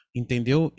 entendeu